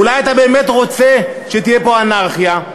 אולי אתה באמת רוצה שתהיה פה אנרכיה,